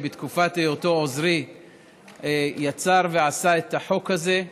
שבתקופת היותו עוזרי יצר ועשה את החוק הזה,